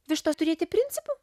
vištos turėti principų